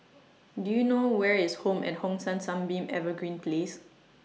Do YOU know Where IS Home At Hong San Sunbeam Evergreen Place